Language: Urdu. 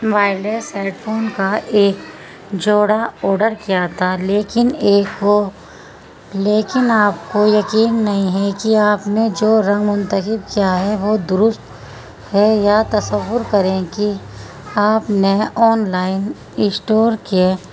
وائلیس ہیڈ فون کا ایک جوڑا آڈر کیا تھا لیکن ایک کو لیکن آپ کو یقین نہیں ہے کہ آپ نے جو رنگ منتخب کیا ہے وہ درست ہے یا تصور کریں کہ آپ نے آن لائن اسٹور کے